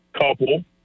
couple